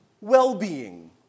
well-being